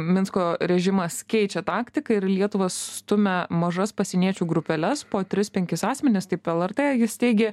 minsko režimas keičia taktiką ir į lietuvą stumia mažas pasieniečių grupeles po tris penkis asmenis taip lrt teigė